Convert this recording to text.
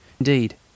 Indeed